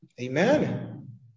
Amen